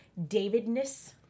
Davidness